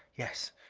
yes.